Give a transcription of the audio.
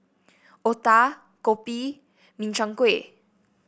otah kopi Min Chiang Kueh